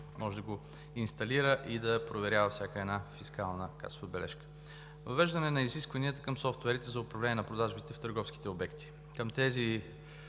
може да го инсталира и да проверява всяка фискална касова бележка; - въвеждане на изисквания към софтуерите за управление на продажбите в търговските обекти към техните